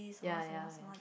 ya ya ya